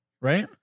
Right